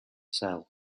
cell